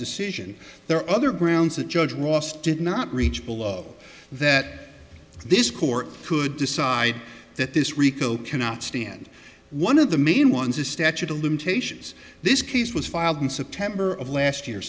decision there are other grounds that judge ross did not reach below that this court could decide that this rico cannot stand one of the main ones a statute of limitations this case was filed in september of last year